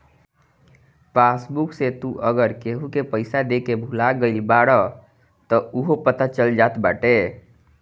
passbook से तू अगर केहू के पईसा देके भूला गईल बाटअ तअ उहो पता चल जात बाटे